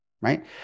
right